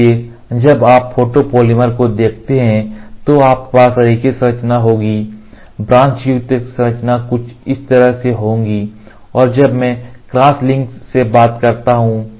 इसलिए जब आप फोटोपॉलीमर को देखते हैं तो आपके पास रेखीय संरचना होगी ब्रांच युक्त संरचना कुछ इस तरह होगी और जब मैं क्रॉस लिंक से बात करता हूं